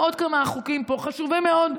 חוקים חשובים מאוד,